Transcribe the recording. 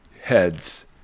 heads